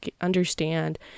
understand